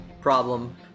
problem